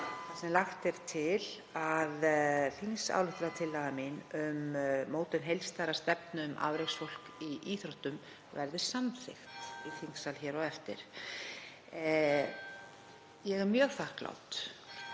þar sem lagt er til að þingsályktunartillaga mín um mótun heildstæðrar stefnu um afreksfólk í íþróttum verði samþykkt í þingsal hér á eftir. Ég er mjög þakklát